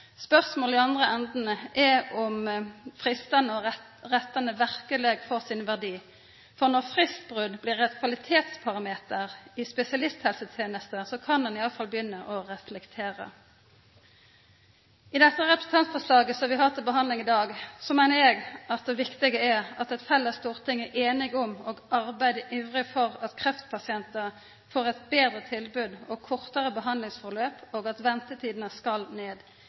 Spørsmålet i andre enden er om fristane og rettane verkeleg får sin verdi. Når fristbrot blir eit kvalitetsparameter i spesialisthelsetenesta, kan ein iallfall begynna å reflektera. I samband med det representantforslaget som vi har til behandling i dag, meiner eg at det viktige er at eit felles storting er einige om å arbeida ivrig for at kreftpasientar får eit betre tilbod og kortare behandlingsforløp, og at ventetidene skal ned.